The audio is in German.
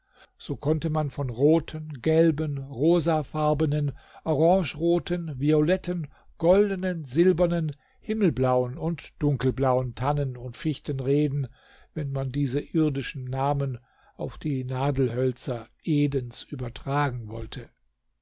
so konnte man von roten gelben rosafarbenen orangeroten violetten goldenen silbernen himmelblauen und dunkelblauen tannen und fichten reden wenn man diese irdischen namen auf die nadelhölzer edens übertragen wollte